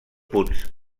punts